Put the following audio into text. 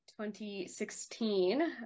2016